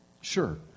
Sure